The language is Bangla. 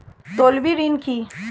তলবি ঋন কি?